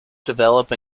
develop